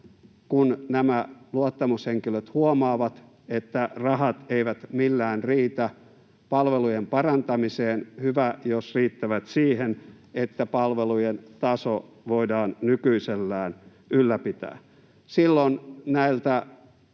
ja terveyspalveluita — huomaavat, että rahat eivät millään riitä palvelujen parantamiseen, hyvä jos riittävät siihen, että palvelujen taso voidaan nykyisellään ylläpitää. Silloin näiltä